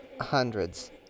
Hundreds